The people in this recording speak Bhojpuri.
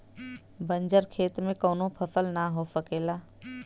बंजर खेत में कउनो फसल ना हो सकेला